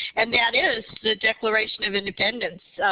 and that is the declaration of independence.